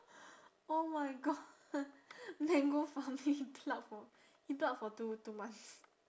oh my god then go farming pluck for he pluck for two two months